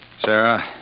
Sarah